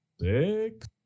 Six